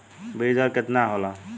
बीज दर केतना होला?